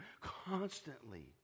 constantly